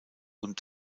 und